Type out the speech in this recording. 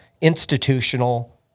institutional